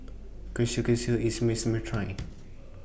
Kushikatsu IS must A Try